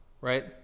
right